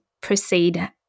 proceed